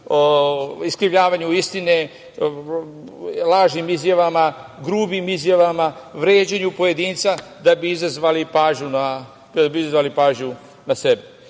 iskrivljavanju istine, lažnim izjavama, grubim izjavama, vređaju pojedinca da bi izazvali pažnju na sebe. Dobro